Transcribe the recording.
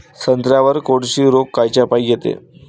संत्र्यावर कोळशी रोग कायच्यापाई येते?